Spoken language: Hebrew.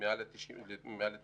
מעל ל-90,